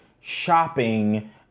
shopping